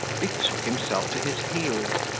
betook himself to his heels,